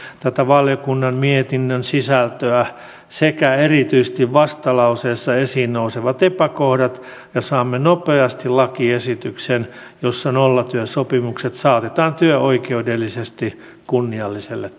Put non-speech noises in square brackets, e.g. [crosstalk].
tätä valiokunnan mietinnön sisältöä sekä erityisesti vastalauseessa esiin nousevia epäkohtia ja saamme nopeasti lakiesityksen jossa nollatyösopimukset saatetaan työoikeudellisesti kunnialliselle [unintelligible]